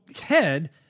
head